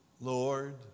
Lord